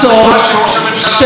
אחר כך את מוחה שראש הממשלה מסית,